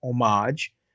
homage